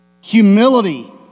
Humility